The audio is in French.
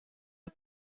est